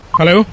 Hello